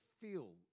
feel